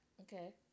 Okay